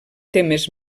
temes